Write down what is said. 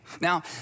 Now